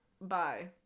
bye